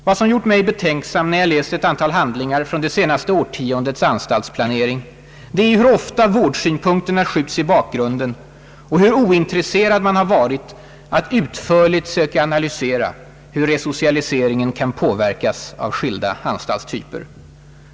Vad som gjort mig betänksam när jag läst ett antal handlingar från det senaste årtiondets anstaltsplanering är hur ofta vårdsynpunkterna skjuts i bakgrunden och hur ointresserad man har varit att utförligt söka analysera hur resocialiseringen kan påverkas av skilda anstaltstyper.